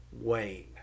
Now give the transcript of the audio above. Wayne